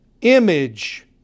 image